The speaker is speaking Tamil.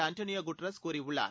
அன்டோனியோ குட்டரெஸ் கூறியுள்ளார்